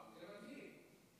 זה מדהים.